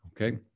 Okay